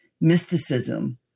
mysticism